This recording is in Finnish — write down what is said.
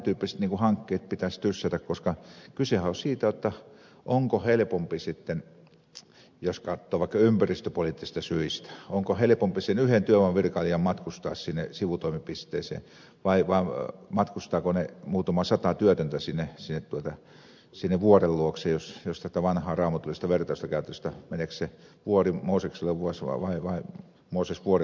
tämän tyyppiset hankkeet pitäisi tyssätä koska kysehän on siitä onko helpompaa sitten jos katsoo vaikka ympäristöpoliittisia syitä sen yhden työvoimavirkailijan matkustaa sinne sivutoimipisteeseen vai matkustavatko ne muutama sata työtöntä sinne vuoren luokse jos tätä vanhaa raamatullista vertailua käyttäisi jotta meneekö vuori mooseksen luo vai mooses vuoren luo